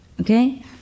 okay